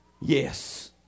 yes